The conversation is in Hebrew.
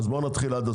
אז בואו עד הסוף.